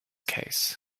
case